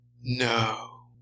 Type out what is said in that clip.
No